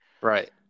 Right